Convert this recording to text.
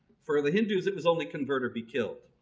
for the hindus it was only convert or be killed.